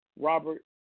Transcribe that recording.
Robert